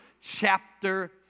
chapter